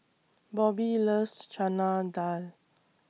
Bobbie loves Chana Dal